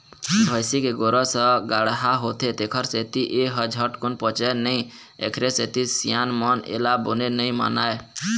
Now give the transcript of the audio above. भइसी के गोरस ह गाड़हा होथे तेखर सेती ए ह झटकून पचय नई एखरे सेती सियान मन एला बने नइ मानय